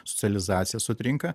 socializacija sutrinka